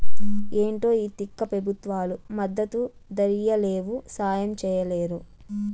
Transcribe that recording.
ఏంటో ఈ తిక్క పెబుత్వాలు మద్దతు ధరియ్యలేవు, సాయం చెయ్యలేరు